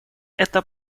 это